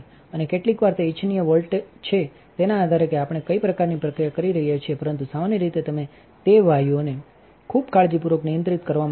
અને કેટલીકવાર તે ઇચ્છનીય વોલ્ટ છે તેના આધારે કે આપણે કઈ પ્રકારની પ્રક્રિયા કરી રહ્યા છીએ પરંતુ સામાન્ય રીતે તમેતે વાયુઓને ખૂબ કાળજીપૂર્વકનિયંત્રિત કરવા માંગો છો